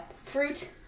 fruit